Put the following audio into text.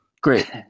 Great